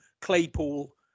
Claypool